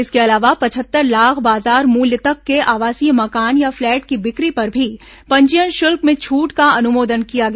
इसके अलावा पचहत्तर लाख बाजार मूल्य तक के आवासीय मकान या फ्लैट की बिक्री पर भी पंजीयन शुल्क में छूट का अनुमोदन किया गया